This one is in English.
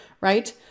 right